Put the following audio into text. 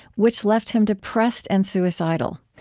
which left him depressed and suicidal.